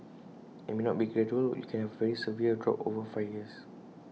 and IT may not be gradual you can have A very severe drop over five years